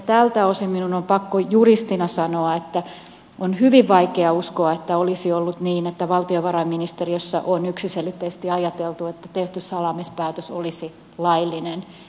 tältä osin minun on pakko juristina sanoa että on hyvin vaikea uskoa että olisi ollut niin että valtiovarainministeriössä on yksiselitteisesti ajateltu että tehty salaamispäätös olisi laillinen